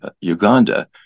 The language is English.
Uganda